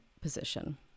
position